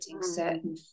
certain